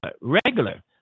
regular